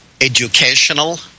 educational